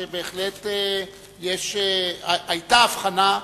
שבהחלט היתה הבחנה,